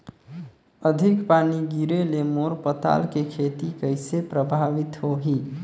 अधिक पानी गिरे ले मोर पताल के खेती कइसे प्रभावित होही?